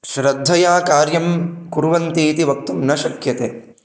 श्रद्धया कार्यं कुर्वन्तीति वक्तुं न शक्यते